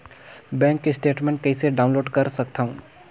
Bank statement कइसे download कर सकथव?